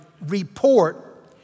report